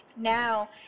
now